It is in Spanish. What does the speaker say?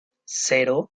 cero